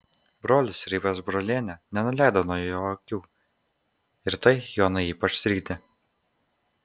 brolis ir ypač brolienė nenuleido nuo jo akių ir tai joną ypač trikdė